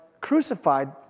crucified